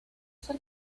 ser